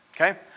Okay